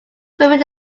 filming